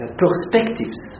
perspectives